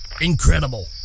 Incredible